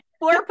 four